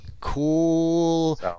Cool